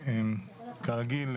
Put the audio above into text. כרגיל,